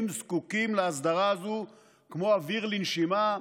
וזקוקים להסדרה הזאת כמו אוויר לנשימה,